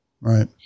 Right